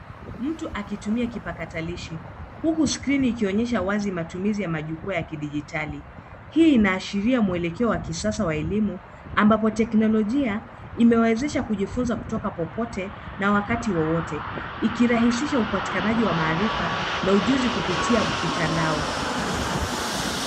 Mtu akitumia kipakatalishi. Huku skrini ikionyesha wazi matumizi ya majukwaa ya kidijitali. Hii inaashiria mwelekeo wa kisasa wa elimu, ambapo teknolojia imewezesha kujifunza kutoka popote na wakati wowote. Ikirahisisha upatikanaji wa maarifa na ujuzi kupitia mtandao.